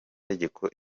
y’amategeko